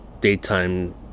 daytime